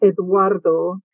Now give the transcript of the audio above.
Eduardo